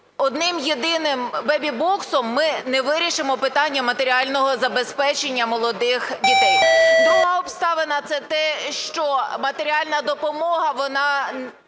одним єдиним "бебі-боксом" ми не вирішимо питання матеріального забезпечення молодих дітей. Друга обставина – це те, що матеріальна допомога, вона